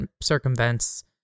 circumvents